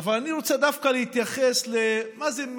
אבל אני רוצה דווקא להתייחס למה זה,